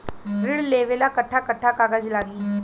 ऋण लेवेला कट्ठा कट्ठा कागज लागी?